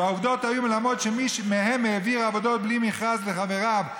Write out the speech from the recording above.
והעובדות היו מלמדות שמי מהם העביר עבודות בלי מכרז לחבריו,